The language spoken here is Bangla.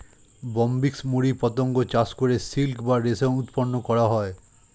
বম্বিক্স মরি পতঙ্গ চাষ করে সিল্ক বা রেশম উৎপন্ন করা হয়